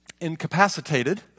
incapacitated